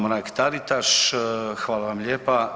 Mrak-Taritaš, hvala vam lijepa.